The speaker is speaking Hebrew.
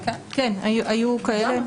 כן, היו מקרים כאלה.